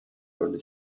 wollen